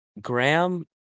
Graham